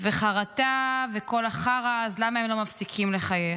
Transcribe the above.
/ וחרטה וכל החרא / אז למה הם לא מפסיקים לחייך?